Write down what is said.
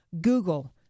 Google